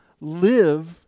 live